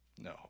No